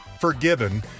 Forgiven